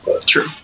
True